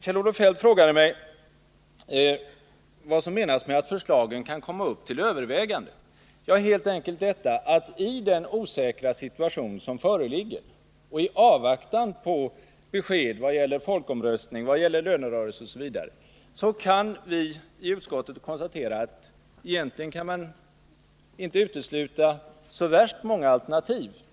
Kjell-Olof Feldt frågade mig vad som menas med att förslagen kan komma upp till övervägande. Det menas helt enkelt att i den osäkra situation som föreligger och i avvaktan på besked vad gäller folkomröstning, lönerörelse osv. har vi i utskottet konstaterat att man egentligen inte kan utesluta så värst många alternativ.